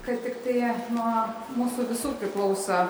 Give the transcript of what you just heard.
kad tiktai nuo mūsų visų priklauso